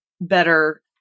better